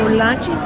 lunch